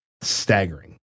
staggering